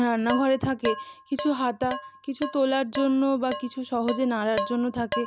রান্নাঘরে থাকে কিছু হাতা কিছু তোলার জন্য বা কিছু সহজে নাড়ার জন্য থাকে